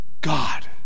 God